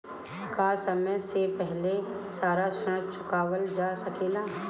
का समय से पहले सारा ऋण चुकावल जा सकेला?